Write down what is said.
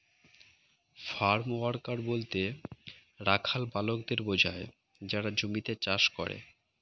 farm worker বলতে রাখাল বালকদের বোঝায় যারা জমিতে চাষ করে